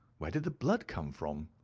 where did the blood come from?